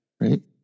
Right